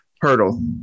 hurdle